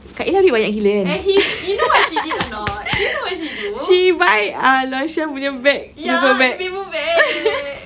kak ella beli banyak gila kan she buy uh Longchamp punya bag paper bag